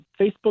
Facebook